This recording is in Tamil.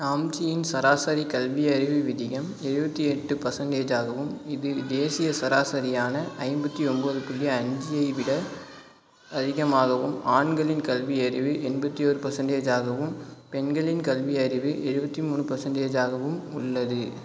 நாம்ச்சியின் சராசரி கல்வியறிவு விதிகம் எழுபத்தி எட்டு பர்சன்டேஜ் ஆகவும் இதில் தேசிய சராசரியான ஐம்பத்தி ஒம்பது புள்ளி அஞ்சியை விட அதிகமாகவும் ஆண்களின் கல்வியறிவு எண்பத்தி ஒரு பர்சன்டேஜ் ஆகவும் பெண்களின் கல்வியறிவு எழுபத்தி மூணு பர்சன்டேஜ் ஆகவும் உள்ளது